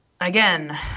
again